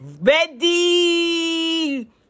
ready